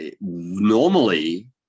normally